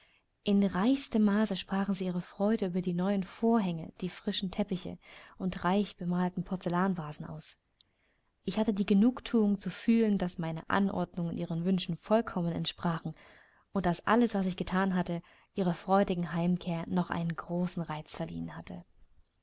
in reichstem maße sprachen sie ihre freude über die neuen vorhänge die frischen teppiche und reich bemalten porzellanvasen aus ich hatte die genugthuung zu fühlen daß meine anordnungen ihren wünschen vollkommen entsprachen und daß alles was ich gethan hatte ihrer freudigen heimkehr noch einen großen reiz verliehen hatte